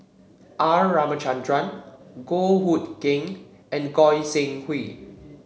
R Ramachandran Goh Hood Keng and Goi Seng Hui